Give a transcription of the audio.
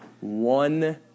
One